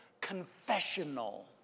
confessional